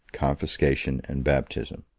confiscation, and baptism.